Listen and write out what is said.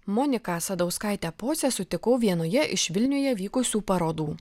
moniką sadauskaitę pocę sutikau vienoje iš vilniuje vykusių parodų